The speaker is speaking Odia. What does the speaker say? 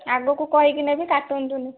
ଆଗକୁ କହିକି ନେବି କାଟନ୍ତୁନି